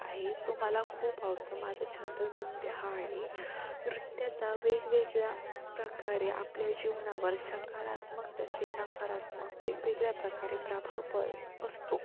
आहे तो मला खूप आवडतो माझं छंद नृत्य हा आहे नृत्याचा वेगवेगळ्या प्रकारे आपल्या जीवनावर सकारात्मक तसे नकारात्मक वेगवेगळ्या प्रकारे प्रभाव प असतो